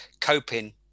coping